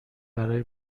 برای